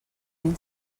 mil